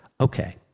Okay